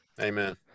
Amen